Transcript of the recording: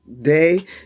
day